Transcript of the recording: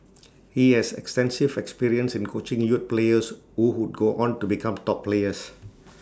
he has extensive experience in coaching youth players who would go on to become top players